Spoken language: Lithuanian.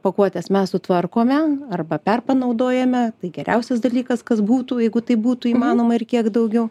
pakuotes mes sutvarkome arba perpanaudojame tai geriausias dalykas kas būtų jeigu tai būtų įmanoma ir kiek daugiau